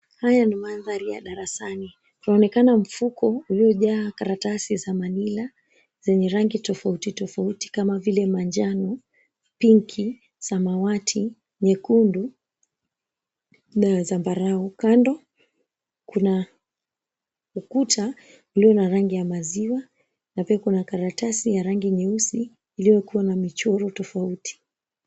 Haya ni mandhari ya darasani. Kunaonekana mfuko uliojaa karatasi za manila, zenye rangi tofauti tofauti, kama vile manjano, pinki, samawati, nyekundu, na zambarau. Kando kuna ukuta ulio na rangi ya maziwa, na pia kuna karatasi ya rangi nyeusi iliyokuwa na michoro tofauti.